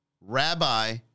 rabbi